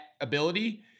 ability